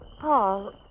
Paul